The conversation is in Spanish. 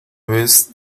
vez